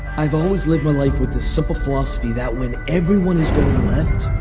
i've always lived my life with this simple philosophy that when everyone is going left,